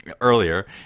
earlier